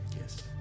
Yes